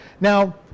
Now